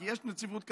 כי יש נציבות כזאת,